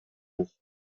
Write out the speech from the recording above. hoch